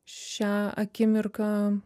šią akimirką